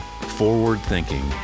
forward-thinking